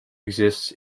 exists